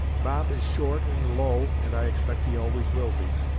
bob is short and low and i expect he always will be.